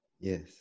Yes